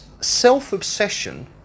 self-obsession